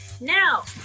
now